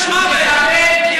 איך ניהלת את הדיון על עונש מוות,